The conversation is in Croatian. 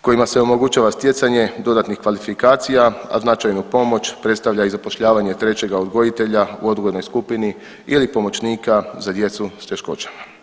kojima se omogućava stjecanje dodatnih kvalifikacija, a značajnu pomoć predstavlja i zapošljavanje trećega odgojitelja u odgojnoj skupini ili pomoćnika za djecu s teškoćama.